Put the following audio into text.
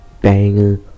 Banger